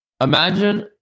Imagine